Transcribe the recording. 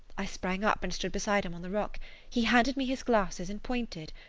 i sprang up and stood beside him on the rock he handed me his glasses and pointed.